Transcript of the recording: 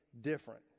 different